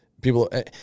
people